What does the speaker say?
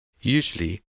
Usually